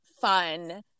fun